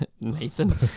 Nathan